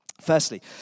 firstly